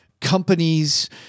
companies